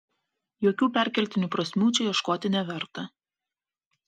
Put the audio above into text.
jokių perkeltinių prasmių čia ieškoti neverta